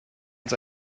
uns